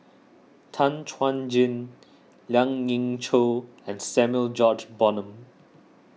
Tan Chuan Jin Lien Ying Chow and Samuel George Bonham